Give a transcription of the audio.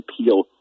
appeal